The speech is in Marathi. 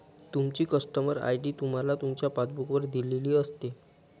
तुमची कस्टमर आय.डी तुम्हाला तुमच्या पासबुक वर दिलेली असते